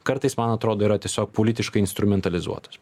kartais man atrodo yra tiesiog politiškai instrumentalizuotas